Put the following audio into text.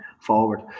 forward